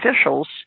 officials